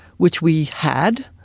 which we had,